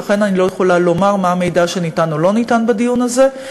ולכן אני לא יכולה לומר מה המידע שניתן או לא ניתן בדיון הזה.